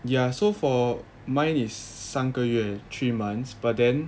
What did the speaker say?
ya so for mine is 三个月 three months but then